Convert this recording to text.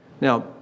Now